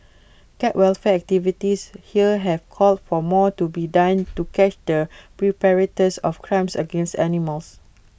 cat welfare activists here have called for more to be done to catch their perpetrators of crimes against animals